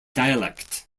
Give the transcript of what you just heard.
dialect